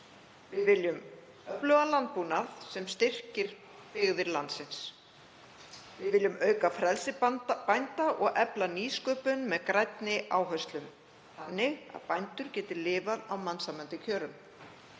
Við viljum öflugan landbúnað sem styrkir byggðir landsins. Við viljum auka frelsi bænda og efla nýsköpun með grænni áherslum þannig að bændur geti lifað af mannsæmandi kjörum.